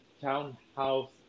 townhouse